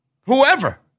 whoever